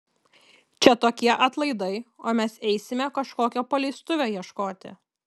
čia tokie atlaidai o mes eisime kažkokio paleistuvio ieškoti